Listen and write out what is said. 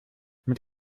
mit